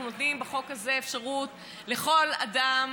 אנחנו נותנים בחוק הזה אפשרות לכל אדם